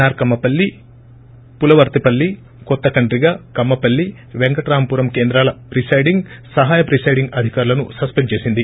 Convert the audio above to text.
are Kammapalli Pulavarthipalli Kotha Kandriga Kammapalli Venkatramapuram కేంద్రాల presiding సహాయ presiding అధికారులను సస్పెండ్ చేసింది